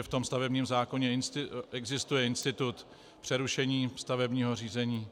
Ve stavebním zákoně existuje institut přerušení stavebního řízení.